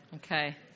Okay